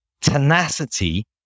Tenacity